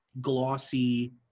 glossy